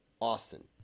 Austin